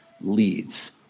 leads